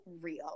real